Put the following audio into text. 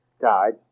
died